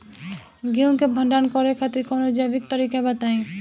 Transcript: गेहूँ क भंडारण करे खातिर कवनो जैविक तरीका बताईं?